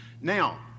now